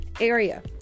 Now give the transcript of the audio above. area